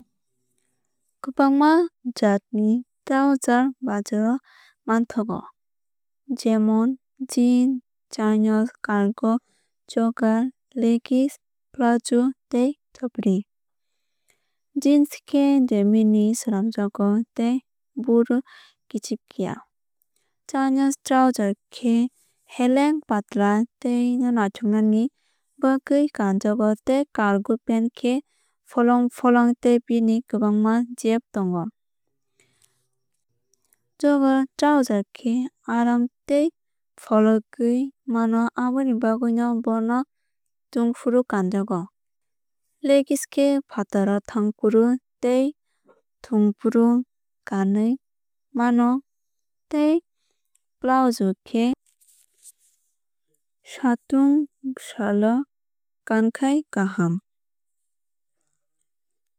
Kwbangma jaat ni trouser bazar o manthogo jemon jeans chinos cargo jogger leggings palazzo tei capri. Jeans khe denim ni slamjago tei bod oi kichik ya. Chinos trouser khe heleng patla tei naithokni bagwui kanjago tei cargo pant khe folong folong tei bini kwbangma jeb tongo. Jogger trouser khe aaram tei fologwui mano aboni bagwui no bono thwngfru kanjago. Leggings khe fataro thangfru tei thwngfru kanwui mano tei palazzo khe satung sal o kankhai kaham.